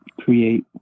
create